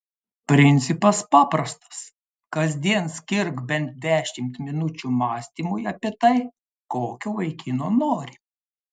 principas paprastas kasdien skirk bent dešimt minučių mąstymui apie tai kokio vaikino nori